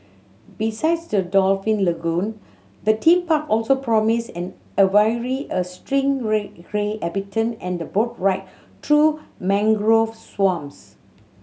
besides the dolphin lagoon the theme park also promise an aviary a habitat and boat ride through mangrove swamps